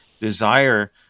desire